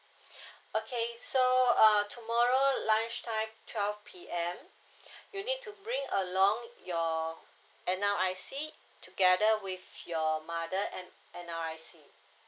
okay so uh tomorrow lunch time twelve P_M you need to bring along your N_R_I_C together with your mother N N_R_I_C